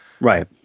Right